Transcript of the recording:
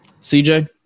CJ